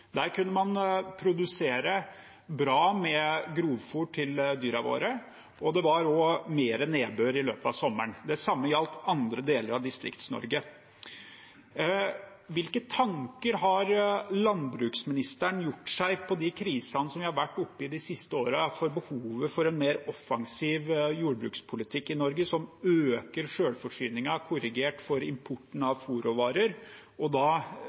Der kunne man produsere bra med grovfôr til dyrene våre, og det var også mer nedbør i løpet av sommeren. Det samme gjaldt andre deler av Distrikts-Norge. Hvilke tanker har landbruksministeren gjort seg med tanke på de krisene vi har vært oppe i de siste årene når det gjelder behovet for en mer offensiv jordbrukspolitikk i Norge, som øker selvforsyningen korrigert for importen